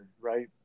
right